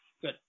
Good